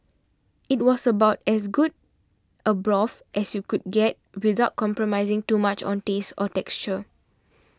it was about as good a broth as you could get without compromising too much on taste or texture